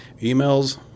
emails